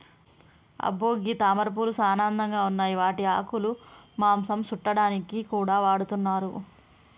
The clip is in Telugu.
అబ్బో గీ తామరపూలు సానా అందంగా ఉన్నాయి వాటి ఆకులు మాంసం సుట్టాడానికి కూడా వాడతున్నారు